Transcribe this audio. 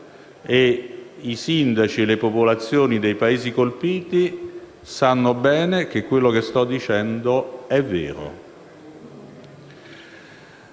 e i sindaci e le popolazioni dei paesi colpiti sanno bene che quello che sto dicendo è vero.